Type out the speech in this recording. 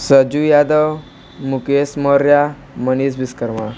Saju Yadav Mukesh Maurya Manish Vishwakarma